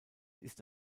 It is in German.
ist